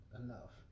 enough